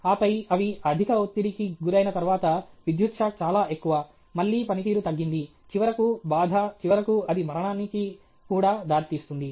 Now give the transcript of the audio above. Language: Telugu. ఆపై అవి అధిక ఒత్తిడికి గురైన తర్వాత విద్యుత్ షాక్ చాలా ఎక్కువ మళ్ళీ పనితీరు తగ్గింది చివరకు బాధ చివరకు అది మరణానికి కూడా దారితీస్తుంది